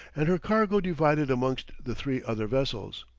and her cargo divided amongst the three other vessels.